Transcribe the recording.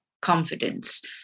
confidence